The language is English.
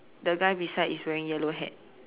the guy beside is wearing yellow hat